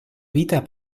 vita